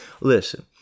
listen